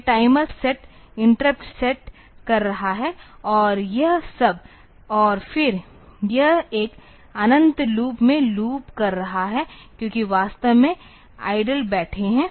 यह timer set interrupt set कर रहा है और यह सब और फिर यह एक अनंत लूप में लूप कर रहा है क्योंकि वास्तव में ऐडल बैठे हैं